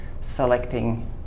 selecting